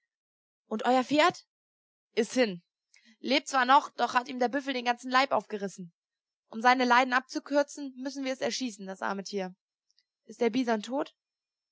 und euer pferd ist hin es lebt zwar noch doch hat ihm der büffel den ganzen leib aufgerissen um seine leiden abzukürzen müssen wir es erschießen das arme tier ist der bison tot